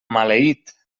maleït